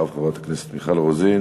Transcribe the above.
אחריו, חברת הכנסת מיכל רוזין.